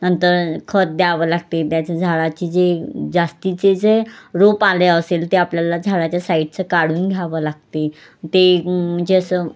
नंतर खत द्यावं लागते त्याच्या झाडाचे जे जास्तीचे जे रोप आले असेल ते आपल्याला झाडाच्या साईडचं काढून घ्यावं लागते ते जे असं